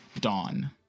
Dawn